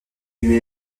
lui